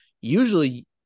usually